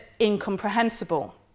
incomprehensible